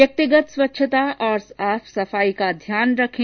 व्यक्तिगत स्वच्छता और साफ सफाई का ध्यान रखें